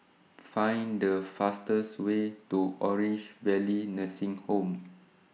Find The fastest Way to Orange Valley Nursing Home